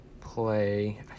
play